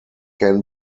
can